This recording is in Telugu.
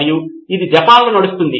మరియు ఇది జపాన్లో నడుస్తుంది